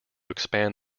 expand